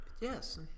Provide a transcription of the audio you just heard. Yes